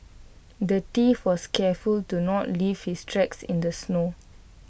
the thief was careful to not leave his tracks in the snow